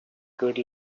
good